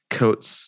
coats